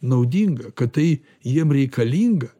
naudinga kad tai jiem reikalinga